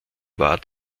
war